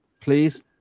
Please